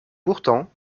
pourtant